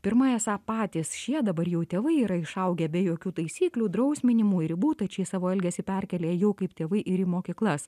pirma esą patys šie dabar jau tėvai yra išaugę be jokių taisyklių drausminimui ribų tad šie savo elgesį perkėlia jau kaip tėvai ir į mokyklas